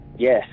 Yes